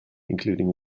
including